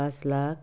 पाँच लाख